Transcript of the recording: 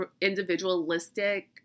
individualistic